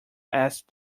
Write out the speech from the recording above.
asked